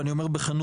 ואני אומר בכנות,